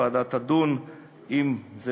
הוועדה תדון אם זה